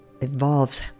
involves